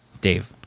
Dave